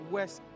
West